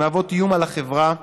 שמהוות איום על החברה,